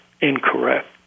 incorrect